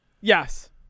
Yes